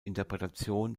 interpretation